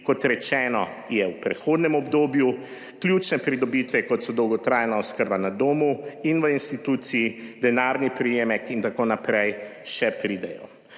Kot rečeno, je v prehodnem obdobju, ključne pridobitve, kot so dolgotrajna oskrba na domu in v instituciji, denarni prejemek in tako naprej, še pridejo.